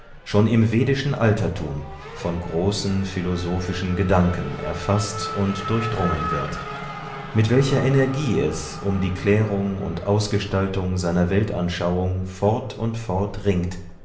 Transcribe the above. schon im vedischen altertum von großen philosophischen gedanken erfaßt und durchdrungen wird mit welcher energie es um die klärung und ausgestaltung seiner weltanschauung fort und fort ringt